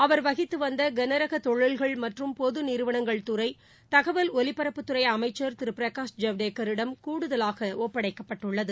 அவர் வகித்துவந்தகனரகதொழிகள் மற்றும் பொதுநிறுவனங்கள் துறை தகவல் ஒலிபரப்புத்துறைஅமைச்ச் திருபிரகாஷ் ஜவடேக்கரிடம் கூடுதலாகஒப்படைக்கப்பட்டுள்ளது